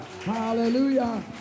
hallelujah